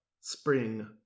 spring